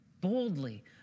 boldly